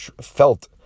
felt